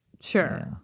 Sure